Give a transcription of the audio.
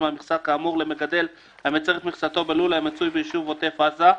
מהמכסה כאמור למגדל המייצר את מכסתו בלול המצוי ביישוב עוטף עזה,